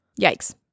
yikes